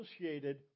associated